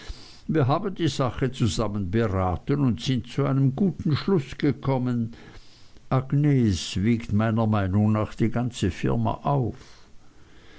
wir haben die sache zusammen beraten und sind zu einem guten schluß gekommen agnes wiegt meiner meinung nach die ganze firma auf